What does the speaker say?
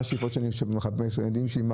מה השאיפות שאני מחפש, מה ירצו הילדים שלי?